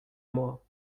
moi